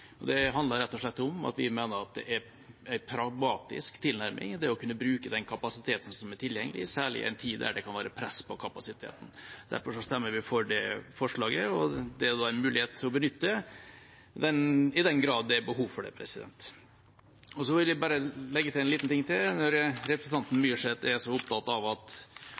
og slett om at vi mener at det er en pragmatisk tilnærming i det å kunne bruke den kapasiteten som er tilgjengelig, særlig i en tid der det kan være press på kapasiteten. Derfor stemmer vi for det forslaget, om at det er mulighet for å benytte den i den grad det er behov for det. Så vil jeg bare legge til en liten ting til. Representanten Myrseth er så opptatt av å påpeke at